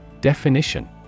Definition